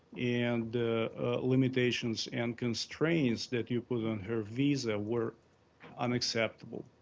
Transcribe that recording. and limitations and constraints that you put on her visa were unacceptable.